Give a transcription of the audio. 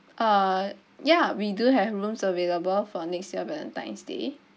uh ya we do have rooms available for next year valentine's day